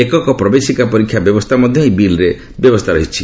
ଏକକ ପ୍ରବେଶିକା ପରୀକ୍ଷା ବ୍ୟବସ୍ଥା ମଧ୍ୟ ଏହି ବିଲ୍ରେ ବ୍ୟବସ୍ଥା ରଖାଯାଇଛି